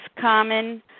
common